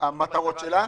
המטרות שלה,